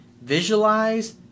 visualize